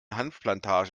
hanfplantage